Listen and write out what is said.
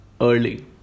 early